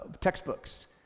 textbooks